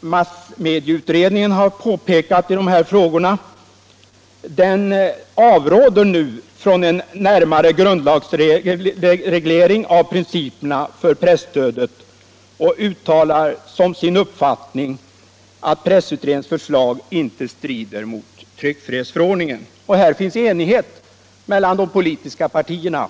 massmedieutredningen har påpekat i dessa frågor. Utredningen avråder nu från en närmare grundlagsreglering av principerna för presstödet och uttalar som sin uppfattning att pressutredningens förslag inte strider mot tryckfrihetsförordningen. Och i det uttalandet finns enighet mellan de politiska partierna.